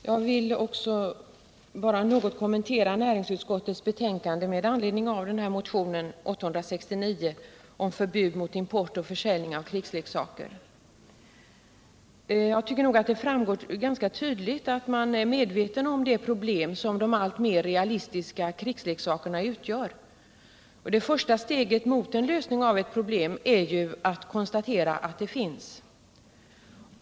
Herr talman! Jag vill något kommentera näringsutskottets betänkande med anledning av motionen 869 om förbud mot import och försäljning av krigsleksaker. Det framgår tydligt av utskottsbetänkandet att man är medveten om det problem som de alltmer realistiska krigsleksakerna utgör. Och första steget mot en lösning av ett problem är ju att konstatera att det finns.